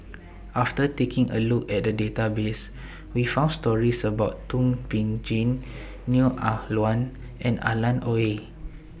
after taking A Look At The Database We found stories about Thum Ping Tjin Neo Ah Luan and Alan Oei